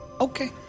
Okay